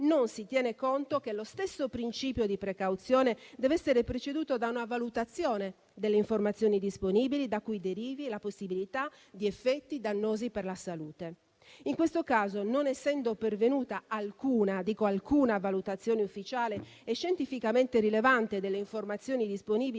non si tiene conto del fatto che lo stesso principio di precauzione dev'essere preceduto da una valutazione delle informazioni disponibili da cui derivi la possibilità di effetti dannosi per la salute. In questo caso, non essendo pervenuta alcuna valutazione - e lo sottolineo - ufficiale e scientificamente rilevante delle informazioni disponibili,